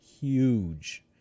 huge